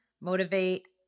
Motivate